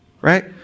Right